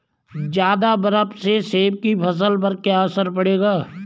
ज़्यादा बर्फ से सेब की फसल पर क्या असर पड़ेगा?